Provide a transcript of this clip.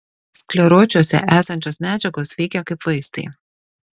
skleročiuose esančios medžiagos veikia kaip vaistai